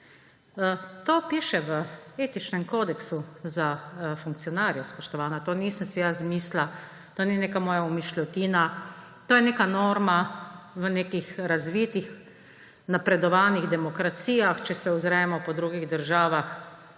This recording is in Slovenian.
To piše v etičnem kodeksu za funkcionarje, spoštovana. Tega si nisem jaz izmislila, to ni neka moja umišljenina. To je neka norma v nekih razvitih, naprednih demokracijah. Če se ozremo po drugih državah,